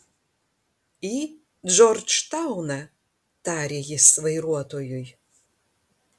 į džordžtauną tarė jis vairuotojui